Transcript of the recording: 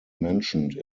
mentioned